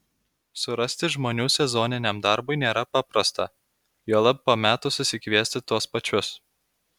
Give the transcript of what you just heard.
surasti žmonių sezoniniam darbui nėra paprasta juolab po metų susikviesti tuos pačius